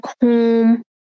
home